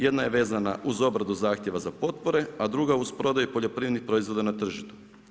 Jedna je vezana uz obrade zahtjeva za potpore, a druga uz prodaju poljoprivrednih proizvoda na tržištu.